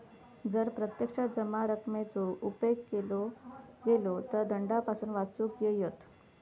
जर प्रत्यक्ष जमा रकमेचो उपेग केलो गेलो तर दंडापासून वाचुक येयत